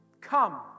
Come